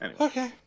Okay